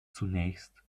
zunächst